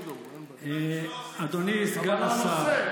אדוני סגן השר,